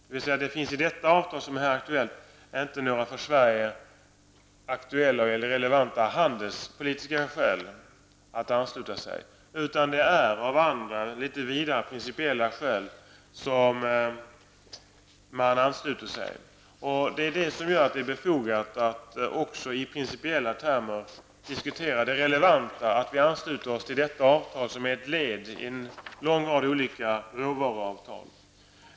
Det finns inte några för Sverige relevanta handelspolitiska skäl att ansluta sig, utan det är av litet vidare, principiella skäl som man ansluter sig. Det är därför befogat att i principiella termer diskutera det relevanta i att vi ansluter oss till detta avtal, som är ett led i en lång rad olika råvaruavtal.